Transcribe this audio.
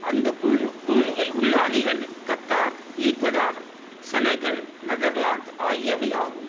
அந்த குழு குழுவில் உள்ள அணிகள் கத்தார் ஈக்வடார் செனெகல் நெதர்லாந்த் ஆகியவை ஆகும்